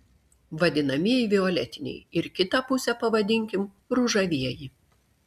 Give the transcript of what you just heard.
vadinamieji violetiniai ir kitą pusę pavadinkim ružavieji